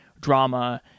drama